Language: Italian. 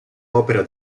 opera